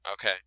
Okay